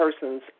persons